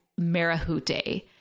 Marahute